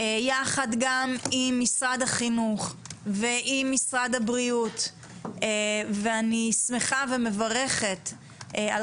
יחד גם עם משרד החינוך ועם משרד הבריאות ואני שמחה ומברכת על